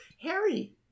Harry